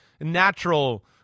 natural